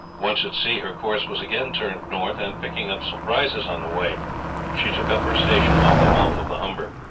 once at sea her course was again turned north, and picking up some prizes on the way she took up her station off the mouth of the humber.